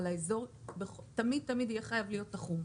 אבל האזור תמיד תמיד יהיה חייב להיות תחום.